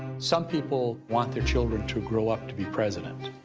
some people want their children to grow up to be president.